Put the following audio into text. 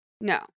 no